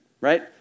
right